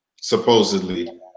Supposedly